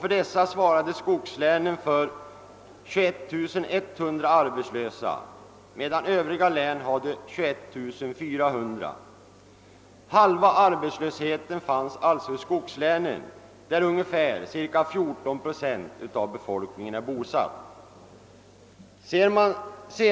Av dessa svarade skogslänen för 21 100 arbetslösa, medan övriga län hade 21 400. Halva arbetslösheten fanns alltså i skogslänen, där ungefär 14 procent av befolkningen är bosatt.